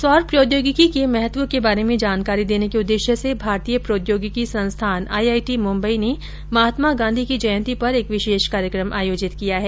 सौर प्रौद्योगिकी के महत्व के बारे में जानकारी देने के उद्देश्य से भारतीय प्रौद्योगिकी संस्थान आईआईटी मुम्बई ने महात्मा गांधी की जयंती पर एक विशेष कार्यक्रम आयोजित किया है